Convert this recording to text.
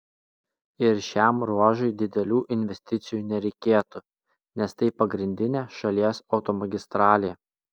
ir šiam ruožui didelių investicijų nereikėtų nes tai pagrindinė šalies automagistralė